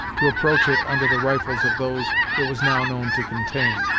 to approach it under the rifles of those it was now known to contain,